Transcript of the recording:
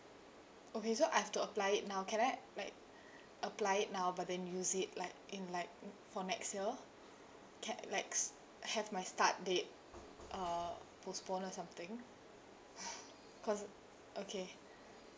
okay so I have to apply it now can I like apply it now but then use it like in like for next year can likes have my start date uh postpone or something cause of okay